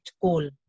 coal